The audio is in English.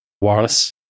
Wireless